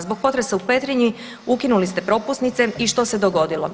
Zbog potresa u Petrinji, ukinuli ste propusnice i što se dogodilo?